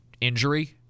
injury